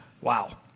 Wow